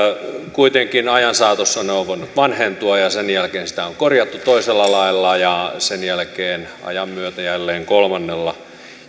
kuitenkin ajan saatossa normi on voinut vanhentua ja sen jälkeen sitä on korjattu toisella lailla ja sen jälkeen ajan myötä jälleen kolmannella